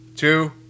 Two